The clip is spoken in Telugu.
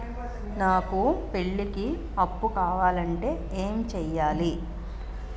నాకు పెళ్లికి అప్పు కావాలంటే ఏం చేయాలి?